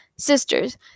Sisters